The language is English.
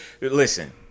listen